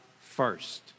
first